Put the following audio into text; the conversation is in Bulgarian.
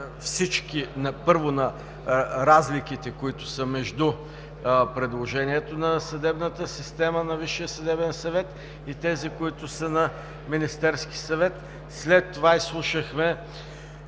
анализ, първо, на разликите, които са между предложението на съдебната система на Висшия съдебен съвет и тези, които са на Министерския съвет. След това изслушахме